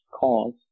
cause